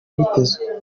byitezwe